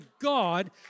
God